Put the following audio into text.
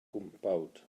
gwmpawd